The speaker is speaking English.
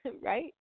right